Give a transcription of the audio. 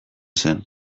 zen